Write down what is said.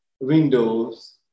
windows